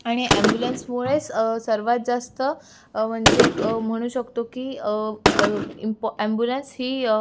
आणि ॲम्ब्युलन्समुळेच सर्वात जास्त म्हणजे एक म्हणू शकतो की इम्पॉ ॲम्ब्युलन्स ही